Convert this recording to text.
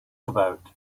about